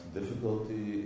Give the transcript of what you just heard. difficulty